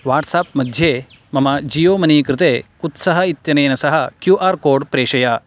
WhatsApp मध्ये मम Jio money कृते कुत्सः इत्यनेन सह क्यू आर् कोड् प्रेषय